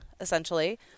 essentially